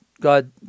god